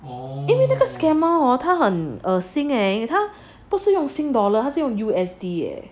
因为那个 scammer hor 他很恶心 leh 他不是用 sing dollar 他是用 U_S_D leh